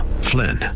Flynn